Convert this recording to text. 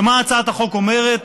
ומה הצעת החוק אומרת?